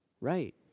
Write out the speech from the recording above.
right